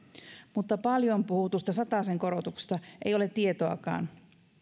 mutta paljon puhutusta satasen korotuksesta ei ole tietoakaan